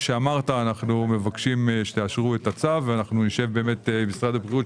שאמרת אנו מבקשים שתאשרו את הצו ונשב עם משרד הבריאות,